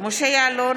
משה יעלון,